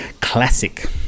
classic